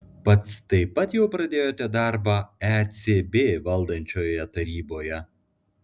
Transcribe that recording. pats taip pat jau pradėjote darbą ecb valdančioje taryboje